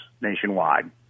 nationwide